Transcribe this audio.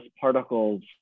particles